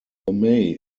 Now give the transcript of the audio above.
lemay